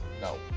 No